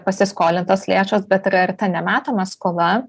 pasiskolintos lėšos bet yra ir ta nematoma skola